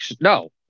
no